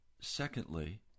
Secondly